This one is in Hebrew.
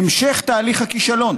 המשך תהליך הכישלון.